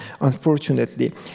unfortunately